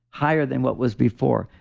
higher than what was before.